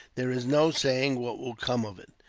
there is no saying what will come of it.